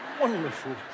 wonderful